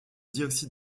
dioxyde